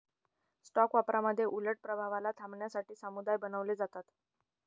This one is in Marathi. स्टॉक व्यापारामध्ये उलट प्रभावाला थांबवण्यासाठी समुदाय बनवले जातात